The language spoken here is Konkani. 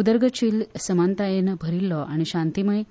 उदरगतशील समानतायेन भरिल्लो आनी शांतीमय